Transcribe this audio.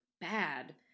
bad